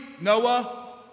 Noah